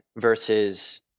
versus